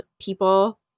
people